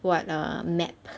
what a map